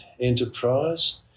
enterprise